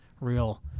real